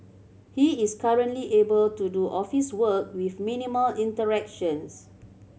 he is currently able to do office work with minimal interactions